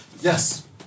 Yes